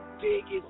Biggest